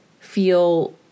feel